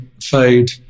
fade